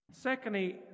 Secondly